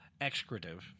excretive